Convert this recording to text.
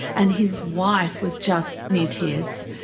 and his wife was just near tears.